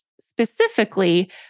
specifically